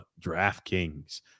DraftKings